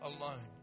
alone